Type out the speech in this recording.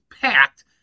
packed